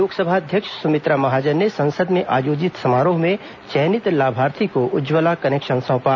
लोकसभा अध्यक्ष सुमित्रा महाजन ने संसद में आयोजित समारोह में चयनित लाभार्थी को उज्जवला कनेक्शन सौंपा